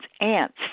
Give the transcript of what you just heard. ants